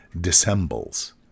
dissembles